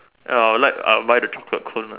I would like I would buy the chocolate cone one